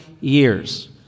years